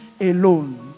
alone